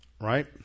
right